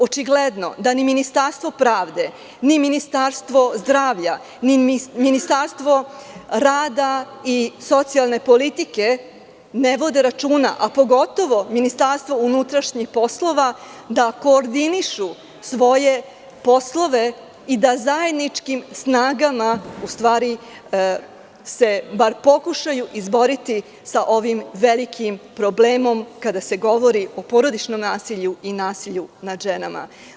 Očigledno da ni Ministarstvo pravde, ni Ministarstvo zdravlja, ni Ministarstvo rada i socijalne politike ne vode računa, a pogotovo MUP, da koordinišu svoje poslove i da zajedničkim snagama se pokušaju izboriti sa ovim velikim problemom kada se govori o porodičnom nasilju i nasilju nad ženama.